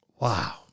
Wow